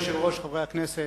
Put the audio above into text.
אדוני היושב-ראש, חברי הכנסת,